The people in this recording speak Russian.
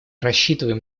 рассчитываем